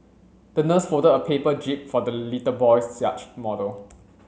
the nurse folded a paper jib for the little boy's yacht model